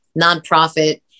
nonprofit